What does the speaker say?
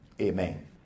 Amen